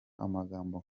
amagambo